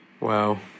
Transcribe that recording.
Wow